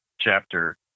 chapter